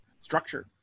structure